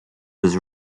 was